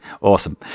Awesome